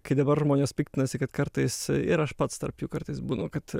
kai dabar žmonės piktinasi kad kartais ir aš pats tarp jų kartais būnu kad